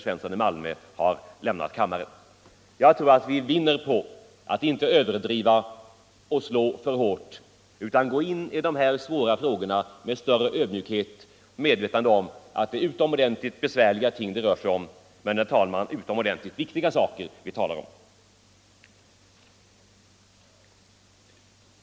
Den är mycket svår att räkna fram, men det är en betydligt lägre siffra än den herr Svensson i Malmö lämnade kammaren.